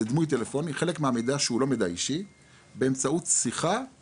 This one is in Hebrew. חלק מהמידע שהוא לא מידע אישי באמצעות שיחה,